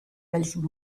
welchem